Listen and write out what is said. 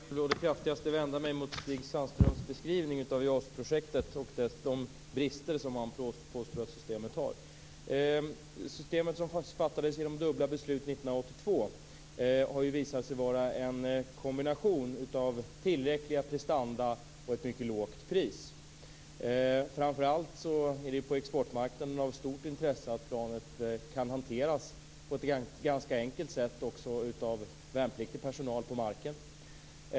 Fru talman! Jag vill å det kraftigaste vända mig mot Stig Sandströms beskrivning av JAS-projektet och de brister man påstår att systemet har. 1982, har ju visat sig vara en kombination av tillräckliga prestanda och ett mycket lågt pris. Framför allt är det på exportmarknaden av stort intresse att planet kan hanteras på ett ganska enkelt sätt också av värnpliktig personal på marken.